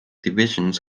divisions